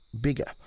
bigger